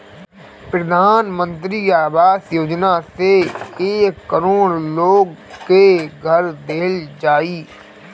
प्रधान मंत्री आवास योजना से एक करोड़ लोग के घर देहल जाई